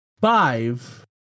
five